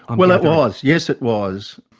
and well it was. yes it was.